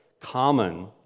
common